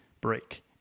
break